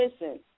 listen